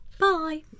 Bye